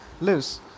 lives